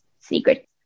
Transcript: secret